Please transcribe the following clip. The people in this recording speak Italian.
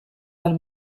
dal